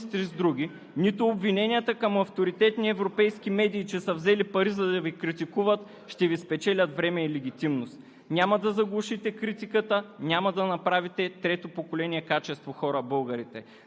Нито опитите да купите хората, нито опитите да ги сплашите, нито смяната на едни министри с други, нито обвиненията към авторитетни европейски медии, че са взели пари, за да Ви критикуват, ще Ви спечелят време и легитимност.